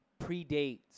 predates